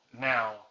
now